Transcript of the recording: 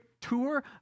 tour